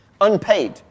unpaid